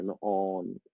on